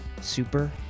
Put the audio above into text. Super